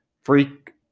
freak